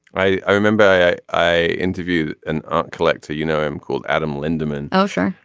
i i remember i i interviewed an art collector you know him called adam lindemann. oh sure.